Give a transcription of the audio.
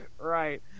Right